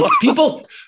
people